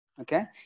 okay